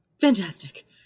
Fantastic